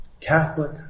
Catholic